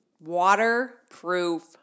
Waterproof